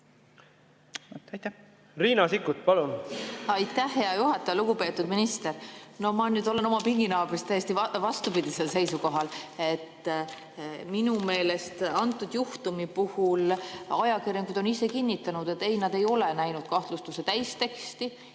Riina Sikkut, palun!